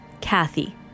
Kathy